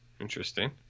Interesting